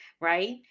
right